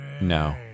No